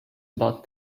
about